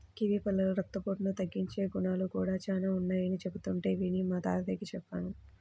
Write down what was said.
kiwi పళ్ళలో రక్తపోటును తగ్గించే గుణాలు కూడా చానా ఉన్నయ్యని చెబుతుంటే విని మా తాతకి చెప్పాను